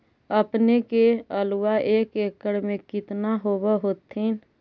अपने के आलुआ एक एकड़ मे कितना होब होत्थिन?